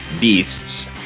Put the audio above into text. beasts